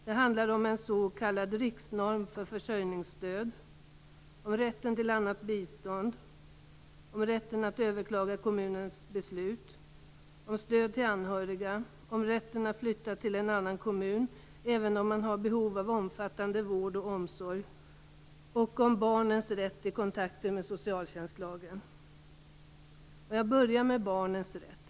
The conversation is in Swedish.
Det handlar om en s.k. riksnorm för försörjningsstöd, om rätten till annat bistånd, om rätten att överklaga kommunens beslut, om stöd till anhöriga, om rätten att flytta till en annan kommun även om man har behov av omfattande vård och omsorg och om barnens rätt i kontakter med socialtjänstlagen. Jag börjar med barnens rätt.